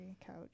couch